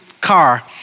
car